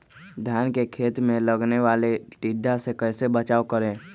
धान के खेत मे लगने वाले टिड्डा से कैसे बचाओ करें?